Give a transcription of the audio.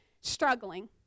struggling